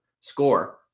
score